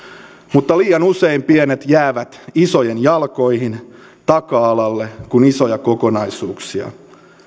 mutta liian usein pienet jäävät isojen jalkoihin taka alalle kun isoja kokonaisuuksia